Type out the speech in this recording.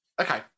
Okay